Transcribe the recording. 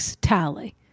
tally